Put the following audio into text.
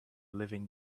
living